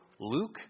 Luke